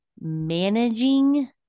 managing